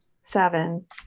Seven